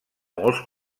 molts